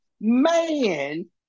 man